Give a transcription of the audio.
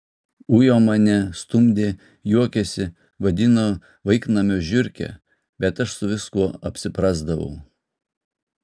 ujo mane stumdė juokėsi vadino vaiknamio žiurke bet aš su viskuo apsiprasdavau